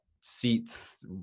seats